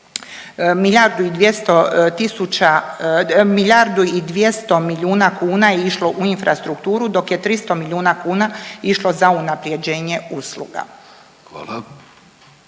milijardu i 200 milijuna kuna je išlo u infrastrukturu dok je 300 milijuna kuna išlo za unaprjeđenje usluga.